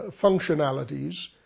functionalities